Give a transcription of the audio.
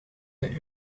een